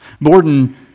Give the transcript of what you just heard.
Borden